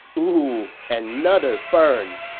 oooh, another burn.